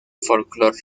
folclore